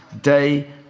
day